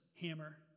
hammer